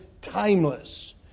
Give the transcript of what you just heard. timeless